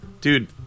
dude